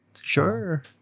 sure